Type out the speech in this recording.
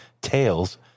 tails